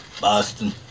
Boston